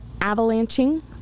avalanching